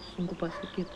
sunku pasakyt